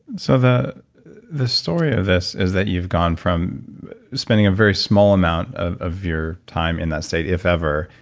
so the the story of this is that you've gone from spending a very small amount ah of your time in that state, if ever,